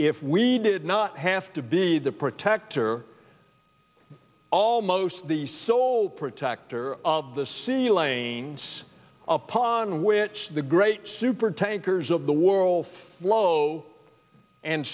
if we did not have to be the protector almost the sole protector of the sea lanes upon which the great super tankers of the world low and